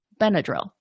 Benadryl